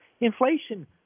Inflation